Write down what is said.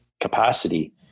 capacity